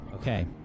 Okay